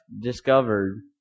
discovered